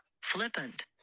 flippant